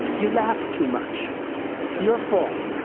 you laugh too much. it's your fault.